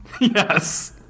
yes